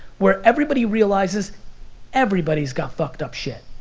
where everybody realizes everybody's got fucked up shit.